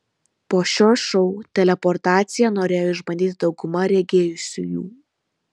po šio šou teleportaciją norėjo išbandyti dauguma regėjusiųjų